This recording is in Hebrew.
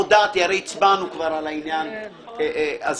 הרי הצבענו כבר על העניין הזה.